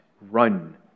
Run